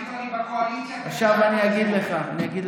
תגיד: אני בקואליציה, עכשיו אני אגיד לך,